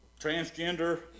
transgender